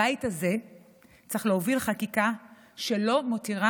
הבית הזה צריך להוביל חקיקה שלא מותירה